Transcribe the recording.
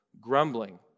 grumbling